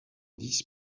dix